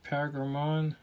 Pagramon